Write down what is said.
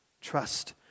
Trust